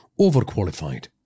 overqualified